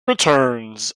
returns